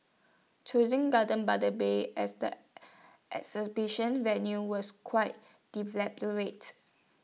choosing gardens by the bay as the exhibition venue was quite deliberate